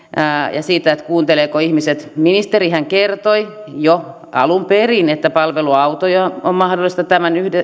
ja siitä kuuntelevatko ihmiset ministerihän kertoi jo alun perin että palveluautoja ja kotikäyntejä on mahdollista tämän